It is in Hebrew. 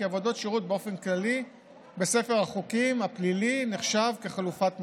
כי עבודות שירות באופן כללי בספר החוקים הפלילי נחשבות לחלופת מאסר,